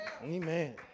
Amen